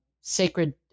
sacred